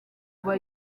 kuba